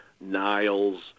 Niles